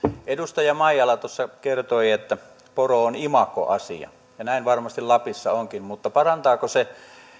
edustaja maijala tuossa kertoi että poro on imagoasia ja näin varmasti lapissa onkin mutta parantaako se